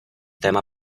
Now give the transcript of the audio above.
téma